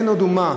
אין עוד אומה,